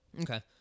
Okay